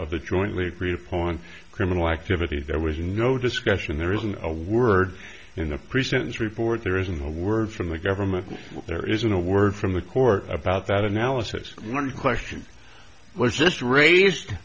of the jointly agreed upon criminal activity there was no discussion there isn't a word in the pre sentence report there isn't a word from the government there isn't a word from the court about that analysis one question just raised